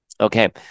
Okay